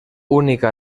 única